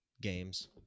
games